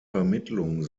vermittlung